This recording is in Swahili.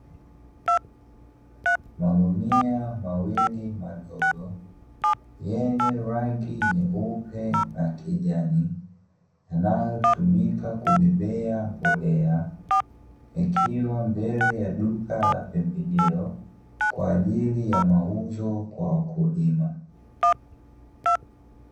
Magunia mawili madogo yenye rangi nyeupe na kijani yanayotumika kubebea mbolea yakiwa mbele ya duka la pembejeo, kwa ajili ya mauzo kwa wakulima.